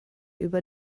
über